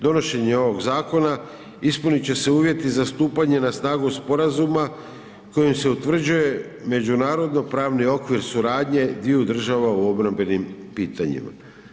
Donošenjem ovog zakona ispunit će se uvjeti za stupanje na snagu sporazuma kojim se utvrđuje međunarodno pravni okvir suradnje dviju država u obrambenim pitanjima.